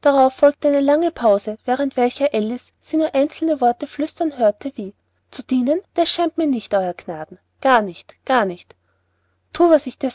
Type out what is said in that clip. darauf folgte eine lange pause während welcher alice sie nur einzelne worte flüstern hörte wie zu dienen des scheint mer nich euer jnaden jar nich jar nich thu was ich dir